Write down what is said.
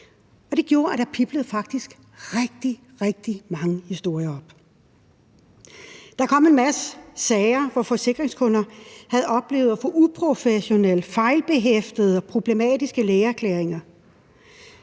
det gjorde, at der faktisk piblede rigtig, rigtig mange historier frem. Der kom en masse sager, hvor forsikringskunder havde oplevet at få uprofessionelle, fejlbehæftede og problematiske lægeerklæringer.